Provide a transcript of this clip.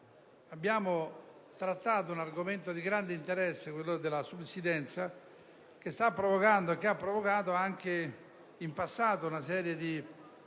abbiamo trattato un argomento di grande interesse, quello della subsidenza, che ha provocato in passato e sta provocando